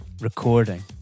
recording